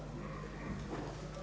Hvala.